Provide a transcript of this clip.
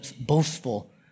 boastful